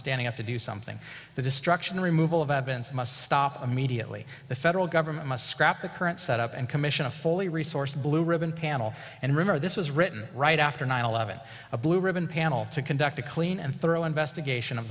standing up to do something the destruction removal of eben's must stop immediately the federal government must scrap the current set up and commission a fully resourced blue ribbon panel and remember this was written right after nine eleven a blue ribbon panel to conduct a clean and thorough investigation of